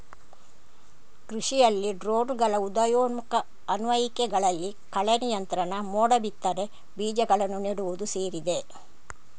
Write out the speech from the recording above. ಕೃಷಿಯಲ್ಲಿ ಡ್ರೋನುಗಳ ಉದಯೋನ್ಮುಖ ಅನ್ವಯಿಕೆಗಳಲ್ಲಿ ಕಳೆ ನಿಯಂತ್ರಣ, ಮೋಡ ಬಿತ್ತನೆ, ಬೀಜಗಳನ್ನು ನೆಡುವುದು ಸೇರಿದೆ